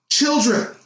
Children